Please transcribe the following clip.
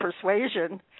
persuasion